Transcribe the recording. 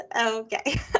Okay